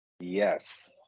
Yes